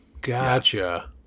Gotcha